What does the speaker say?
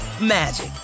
magic